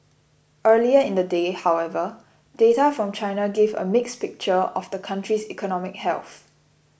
earlier in the day however data from China gave a mixed picture of the country's economic health